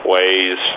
Ways